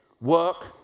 work